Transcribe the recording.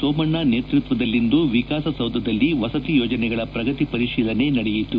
ಸೋಮಣ್ಣ ನೇತೃತ್ವದಲ್ಲಿಂದು ವಿಕಾಸಸೌಧದಲ್ಲಿ ವಸತಿ ಯೋಜನೆಗಳ ಪ್ರಗತಿ ಪರಿಶೀಲನೆ ನಡೆಯಿತು